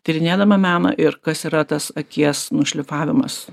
tyrinėdama meną ir kas yra tas akies nušlifavimas